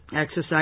exercise